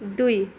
दुई